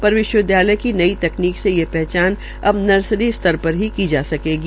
र विश्वविद्यालय की नई तकनीक से ये हचान अब नर्सरी स्तर र ही की जा सकेगी